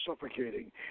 suffocating